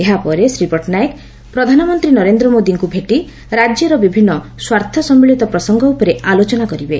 ଏହାପରେ ଶ୍ରୀ ପଟ୍ଟନାୟକ ପ୍ରଧାନମନ୍ତୀ ନରେନ୍ଦ୍ର ମୋଦୀଙ୍କୁ ଭେଟି ରାଜ୍ୟର ବିଭିନ୍ନ ସ୍ୱାର୍ଥସମ୍ମଳିତ ପ୍ରସଙ୍ଗ ଉପରେ ଆଲୋଚନା କରିବେ